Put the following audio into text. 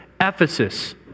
Ephesus